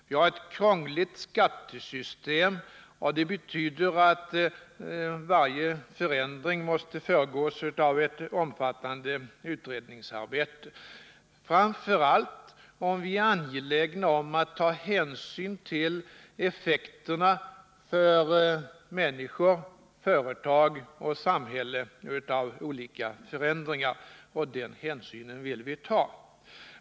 Vi har ett krångligt skattesystem, och det betyder att varje förändring måste föregås av ett omfattande utredningsarbete — framför allt om vi är angelägna om att ta hänsyn till effekterna för människor, företag och samhälle av olika förändringar — och den hänsynen vill vi ta.